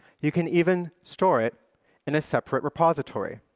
you can even store it in a separate repository.